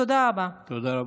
תודה רבה.